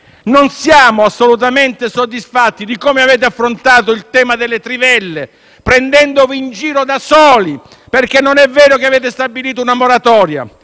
Non siamo assolutamente soddisfatti di come avete affrontato il tema delle trivelle, prendendovi in giro da soli perché non è vero che avete stabilito una moratoria: